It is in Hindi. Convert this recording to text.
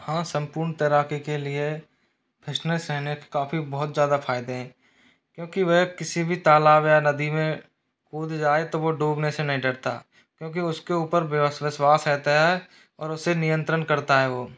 हाँ सम्पूर्ण तरह के के लिए फिसनेस सहने के काफ़ी बहुत ज़्यादा फ़ायदे हैं क्योंकि वह किसी भी तालाब या नदी में कूद जाए तो वह डूबने से नहीं डरता क्योंकि उसके ऊपर विश्वास रहता है और उसे नियंत्रण करता है वह